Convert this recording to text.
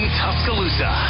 tuscaloosa